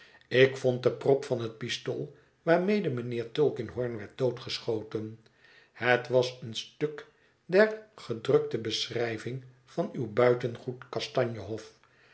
ik vond de prop van het pistool waarmede mijnheer tulkinghorn werd doodgeschoten het was een stuk der gedrukte beschrijving van uw buitengoed